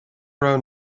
raibh